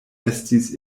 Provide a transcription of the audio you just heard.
estis